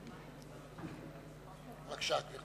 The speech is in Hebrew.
בבקשה.